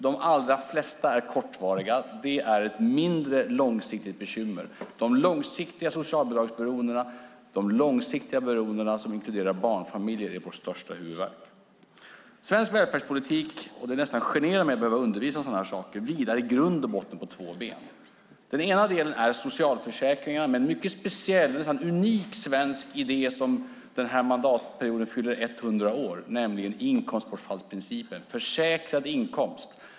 De allra flesta är kortvariga. Det är ett mindre långsiktigt bekymmer. De långsiktiga socialbidragsberoendena, de långsiktiga beroenden som inkluderar barnfamiljer är vår största huvudvärk. Svensk välfärdspolitik - det nästan generar mig att behöva undervisa om detta - vilar i grund och botten på två ben. Det ena är socialförsäkringarna, med en mycket speciell och nästan unik svensk idé, som den här mandatperioden fyller 100 år, nämligen inkomstbortfallsprincipen. Det gäller försäkrad inkomst.